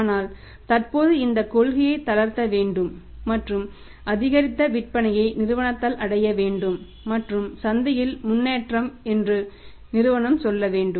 ஆனால் தற்போது இந்த கொள்கையை தளர்த்த வேண்டும் மற்றும் அதிகரித்த விற்பனையை நிறுவனத்தால் அடைய வேண்டும் மற்றும் சந்தையில் முன்னேற்றம் என்று நிறுவனம் சொல்ல வேண்டும்